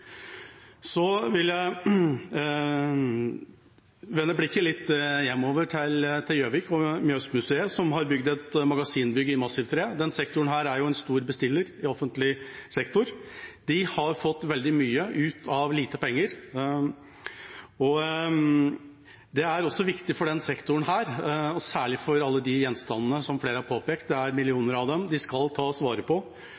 Så vil jeg vende blikket litt hjemover til Gjøvik og Mjøsmuseet, som har bygd et magasinbygg i massivt tre. Denne sektoren er jo en stor bestiller i offentlig sektor. De har fått veldig mye ut av lite penger. Det er viktig for denne sektoren, og særlig for alle gjenstandene, som flere har påpekt. Det er millioner av dem, de skal tas vare på,